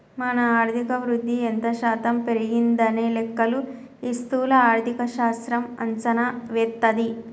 మన ఆర్థిక వృద్ధి ఎంత శాతం పెరిగిందనే లెక్కలు ఈ స్థూల ఆర్థిక శాస్త్రం అంచనా వేస్తది